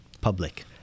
public